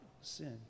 sin